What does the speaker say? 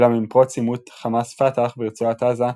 אולם עם פרוץ עימות חמאס-פת"ח ברצועת עזה,